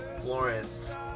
Florence